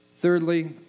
Thirdly